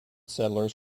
settlers